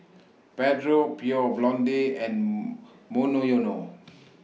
Pedro Pure Blonde and Monoyono